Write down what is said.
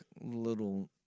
little